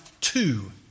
two